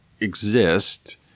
exist